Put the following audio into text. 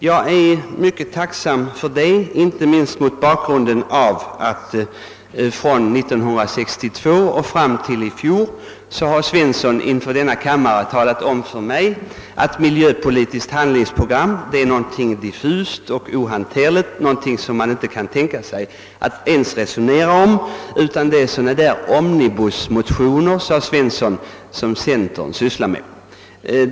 Jag är tacksam härför inte minst med tanke på att herr Svensson från 1962 och ända till i fjol i kammaren talat om att miljöpolitiska handlingsprogram är någonting diffust och ohanterligt, någonting som man inte kan tänka sig att ens resonera om. Det rör sig om sådana där omnibusmotioner som centern sysslar med, har herr Svensson sagt.